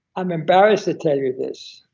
i'm embarrassed to tell you this.